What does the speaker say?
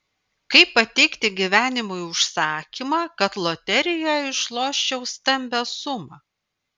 kaip pateikti gyvenimui užsakymą kad loterijoje išloščiau stambią sumą